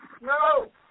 No